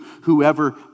Whoever